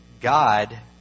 God